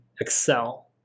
excel